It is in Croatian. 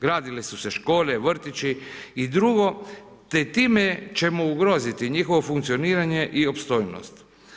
Gradile su se škole, vrtići, i drugo te time ćemo ugroziti njihovo funkcioniranje i opstojnost.